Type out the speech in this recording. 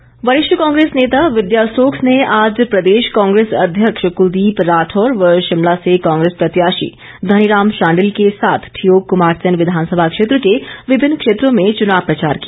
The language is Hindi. स्टोक्स वरिष्ठ कांग्रेस नेता विद्या स्टोक्स ने आज प्रदेश कांग्रेस अध्यक्ष कुलदीप राठौर व शिमला से कांग्रेस प्रत्याशी धनीराम शांडिल के साथ ठियोग कुमारसेन विधानसभा क्षेत्र के विभिन्न क्षेत्रों में चुनाव प्रचार किया